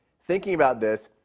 thinking about this,